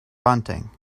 bunting